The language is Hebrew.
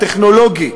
הטכנולוגי,